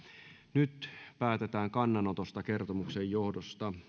nyt päätetään kannanotosta kertomuksen johdosta